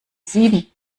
sieben